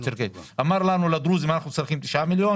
אמר לנו שלדרוזים, אנחנו צריכים 9 מיליון